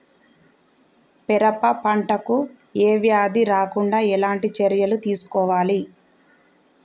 పెరప పంట కు ఏ వ్యాధి రాకుండా ఎలాంటి చర్యలు తీసుకోవాలి?